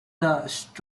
clouds